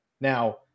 Now